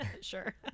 Sure